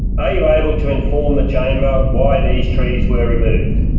are you able to inform the chamber why these trees were removed?